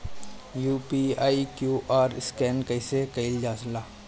UPI QR scan कइसे कईल जा ला?